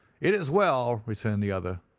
it is well, returned the other.